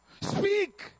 Speak